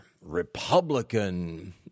Republican